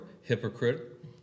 hypocrite